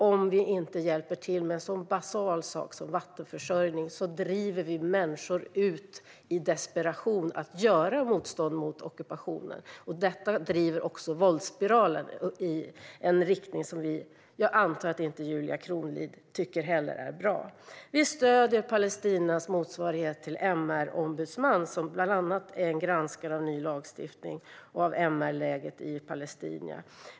Om vi inte hjälper till med en sådan basal sak som vattenförsörjning driver vi människor att i desperation göra motstånd mot ockupationen. Detta driver också våldsspiralen i en riktning som jag antar att inte heller Julia Kronlid tycker är bra. Vi stöder Palestinas motsvarighet till MR-ombudsman, som bland annat granskar ny lagstiftning och MR-läget i Palestina.